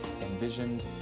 envisioned